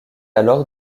alors